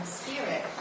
spirit